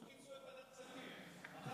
לא כינסו את ועדת הכספים בשביל,